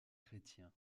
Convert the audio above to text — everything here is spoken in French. chrétiens